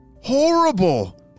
horrible